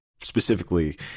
Specifically